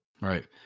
Right